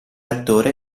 attore